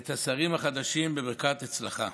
ואת השרים החדשים בברכת הצלחה.